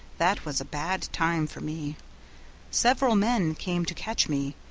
that was a bad time for me several men came to catch me,